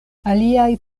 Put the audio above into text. aliaj